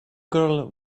girl